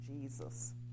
Jesus